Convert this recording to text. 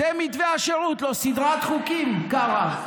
זה מתווה השירות, לא סדרת חוקים, קרעי.